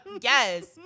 yes